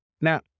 Now